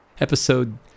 Episode